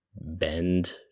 bend